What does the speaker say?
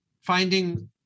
finding